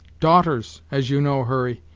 daughters, as you know, hurry,